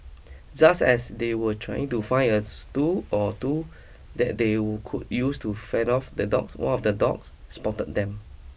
just as they were trying to find a stool or two that they will could use to fend off the dogs one of the dogs spotted them